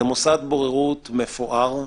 זה מוסד בוררות מפואר,